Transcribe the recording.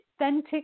authentic